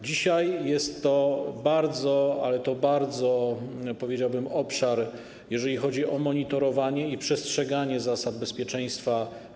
Dzisiaj jest to bardzo, ale to bardzo, powiedziałbym, wrażliwy obszar, jeżeli chodzi o monitorowanie i przestrzeganie zasad bezpieczeństwa.